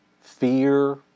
fear